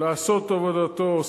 לעשות עבודתו,